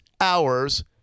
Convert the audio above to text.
hours